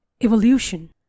evolution